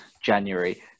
January